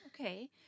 Okay